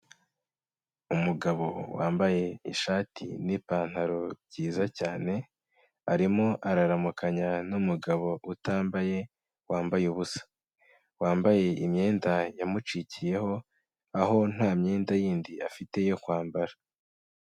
Umugabo wambaye ishati n'ipantaro byiza cyane, arimo araramukanya n'umugabo utambaye wambaye ubusa. Wambaye imyenda yamucikiyeho, aho nta myenda yindi afite yo kwambara.